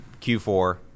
Q4